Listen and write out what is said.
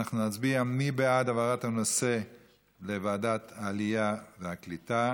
נצביע מי בעד העברת הנושא לוועדת העלייה והקליטה.